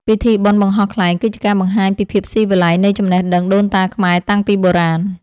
ពិធីបុណ្យបង្ហោះខ្លែងគឺជាការបង្ហាញពីភាពស៊ីវិល័យនៃចំណេះដឹងដូនតាខ្មែរតាំងពីបុរាណ។